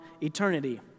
eternity